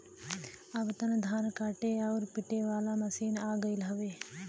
अब त धान काटे आउर पिटे वाला मशीन आ गयल हौ